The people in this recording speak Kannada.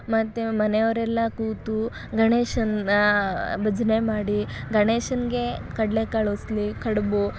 ಮತ್ತು ಮನೆಯವರೆಲ್ಲ ಕೂತು ಗಣೇಶನನ್ನ ಭಜನೆ ಮಾಡಿ ಗಣೇಶನಿಗೆ ಕಡಲೇ ಕಾಳು ಉಸ್ಲಿ ಕಡುಬು